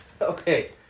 okay